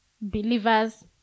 believers